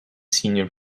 senior